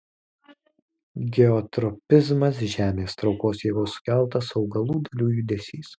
geotropizmas žemės traukos jėgos sukeltas augalų dalių judesys